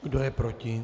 Kdo je proti?